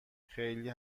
خیلی